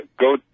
go